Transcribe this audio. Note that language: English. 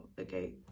Okay